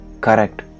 correct